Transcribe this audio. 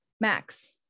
Max